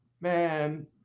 Man